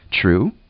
True